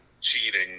cheating